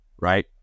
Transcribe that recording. right